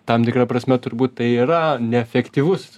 tam tikra prasme turbūt tai yra neefektyvus